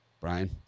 Brian